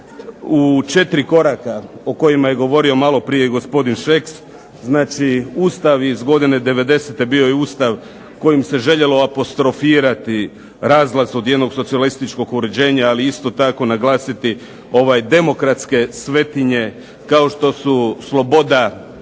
u 4 koraka o kojima je govorio malo prije i gospodin Šeks. Znači, Ustav iz godine devedesete bio je Ustav kojim se željelo apostrofirati razlaz od jednog socijalističkog uređenja, ali isto naglasiti demokratske svetinje kao štos u sloboda izbora